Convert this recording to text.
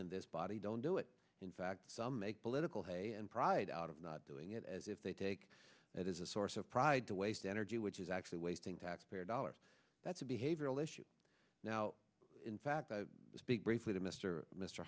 in this body don't do it in fact some make political hay and pride out of not doing it as if they take that as a source of pride to waste energy which is actually way think taxpayer dollars that's a behavioral issue now in fact i speak briefly to mr mr